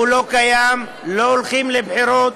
הוא לא קיים, לא הולכים לבחירות,